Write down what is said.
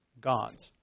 God's